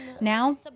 Now